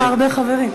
ושיש לך הרבה חברים.